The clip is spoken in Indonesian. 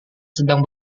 sedang